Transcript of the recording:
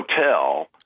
hotel –